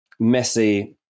Messi